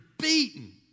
beaten